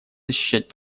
защищать